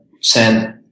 send